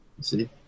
See